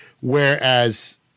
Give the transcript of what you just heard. whereas